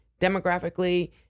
demographically